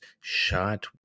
shot